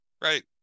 Right